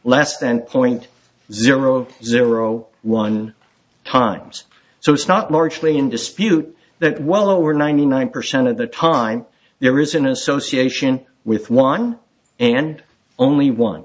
less than point zero zero one times so it's not largely in dispute that well over ninety nine percent of the time there is an association with one and only one